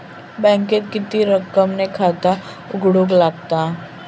बँकेत किती रक्कम ने खाता उघडूक लागता?